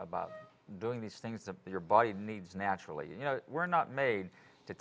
about doing these things that your body needs naturally you know we're not made to